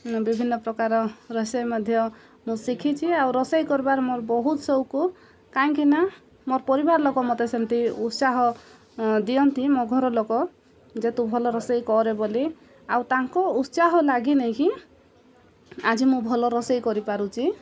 ବିଭିନ୍ନ ପ୍ରକାର ରୋଷେଇ ମଧ୍ୟ ମୁଁ ଶିଖିଛି ଆଉ ରୋଷେଇ କରିବାର ମୋର ବହୁତ ସଉକ କାହିଁକିନା ମୋର ପରିବାର ଲୋକ ମୋତେ ସେମିତି ଉତ୍ସାହ ଦିଅନ୍ତି ମୋ ଘର ଲୋକ ଯେ ତୁ ଭଲ ରୋଷେଇ କରେ ବୋଲି ଆଉ ତାଙ୍କ ଉତ୍ସାହ ଲାଗି ନେଇକି ଆଜି ମୁଁ ଭଲ ରୋଷେଇ କରିପାରୁଛି